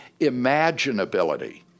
imaginability